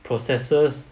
processors